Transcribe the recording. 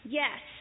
yes